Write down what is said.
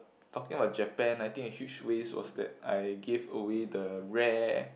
talking about Japan I think a huge waste was that I give away the rare